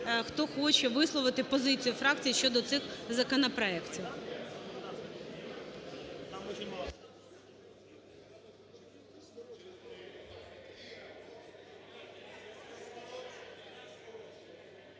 хто хоче висловити позицію фракції щодо цих законопроектів.